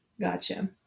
gotcha